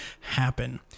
happen